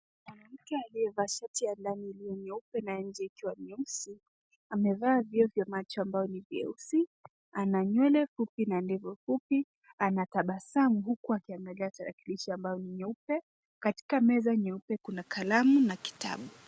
mwanamume aliyevalia shati ya ndani iliyo nyeupe na ya nje ikiwa nyeusi, amevaa vitu ambavyo macho vyao ni nyeusi ana nywele fupi na ndevu fupi, anatabasamu huku akiangalia tarakilishi ambayo ni nyeupe katika meza nyeupe kuna kalamu na kitabu